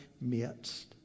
midst